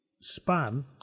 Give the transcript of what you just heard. span